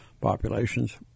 populations